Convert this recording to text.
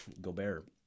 Gobert